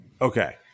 Okay